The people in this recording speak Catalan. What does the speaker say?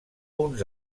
uns